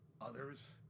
others